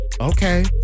Okay